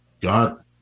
God